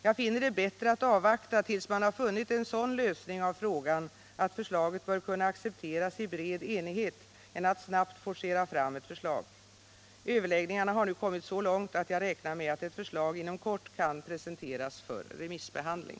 Jag finner det bättre att avvakta tills man har funnit en sådan lösning av frågan att förslaget bör kunna accepteras i bred enighet än att snabbt forcera fram ett förslag. Överläggningarna har nu kommit så långt att jag räknar med att ett förslag inom kort kan presenteras för remissbehandling.